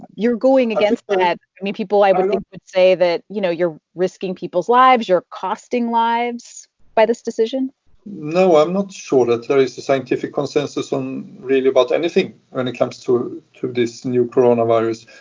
you're going against that. i mean, people, i would think, would say that, you know, you're risking people's lives. you're costing lives by this decision no. i'm not sure that there is a scientific consensus on, really, about anything when it comes to to this new coronavirus,